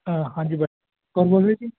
ਹਾਂਜੀ ਕੌਣ ਬੋਲ ਰਹੇ ਜੀ